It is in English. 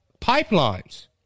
pipelines